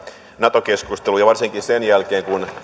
nato keskustelua varsinkin sen jälkeen kun